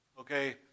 Okay